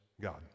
God